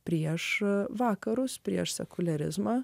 prieš vakarus prieš sekuliarizmą